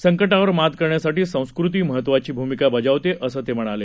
संकटावर मात करण्यासाठी संस्कृती महत्वाची भूमिका बजावते असं ते म्हणाले